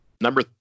number